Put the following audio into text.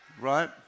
right